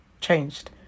changed